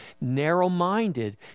narrow-minded